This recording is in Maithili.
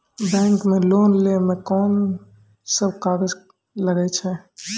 बैंक मे लोन लै मे कोन सब कागज लागै छै?